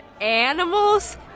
animals